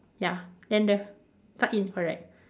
ya then the tuck in correct